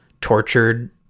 tortured